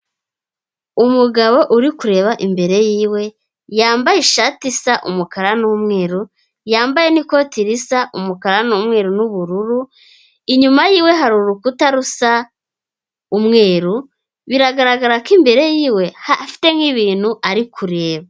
Umugabo uri kureba imbere yiwe, yambaye ishati isa umukara n'umweru, yambaye n'ikoti risa umukara n'umweru n'ubururu, inyuma yiwe hari urukuta rusa umweru, biragaragara ko imbere yiwe afite nk'ibintu ari kureba.